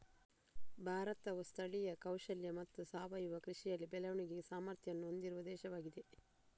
ಭಾರತವು ಸ್ಥಳೀಯ ಕೌಶಲ್ಯ ಮತ್ತು ಸಾವಯವ ಕೃಷಿಯಲ್ಲಿ ಬೆಳವಣಿಗೆಗೆ ಸಾಮರ್ಥ್ಯವನ್ನು ಹೊಂದಿರುವ ದೇಶವಾಗಿದೆ